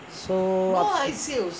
so